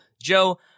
Joe